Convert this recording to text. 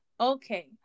Okay